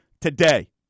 today